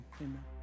amen